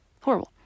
horrible